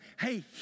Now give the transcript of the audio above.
hey